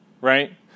right